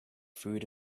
food